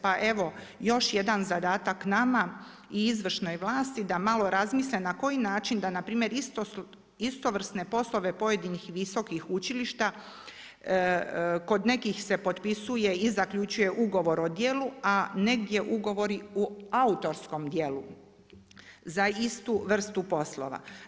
Pa evo još jedan zadatak nama i izvršnoj vlasti da malo razmisle na koji način da npr. istovrsne poslove pojedinih visokih učilišta kod nekih se potpisuje i zaključuje ugovor o djelu, a negdje ugovori u autorskom djelu za istu vrstu poslova.